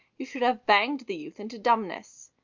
you should have bang'd the youth into dumbness.